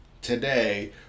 Today